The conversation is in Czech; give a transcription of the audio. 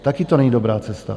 Taky to není dobrá cesta.